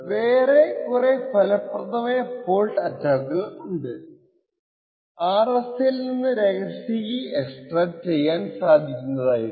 വേറെ കുറെ ഫലപ്രദമായ ഫോൾട്ട് അറ്റാക്കുകൾ ഉണ്ട് RSAൽ നിന്ന് രഹസ്യ കീ എക്സ്ട്രാക്ട് ചെയ്യാൻ സാധിക്കുന്നതായിട്ട്